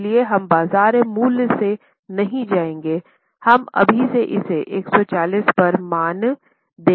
इसलिए हम बाजार मूल्य से नहीं जाएंगे हम अभी भी इसे 140 पर मान देंगे